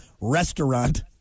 restaurant